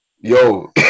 yo